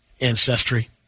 Ancestry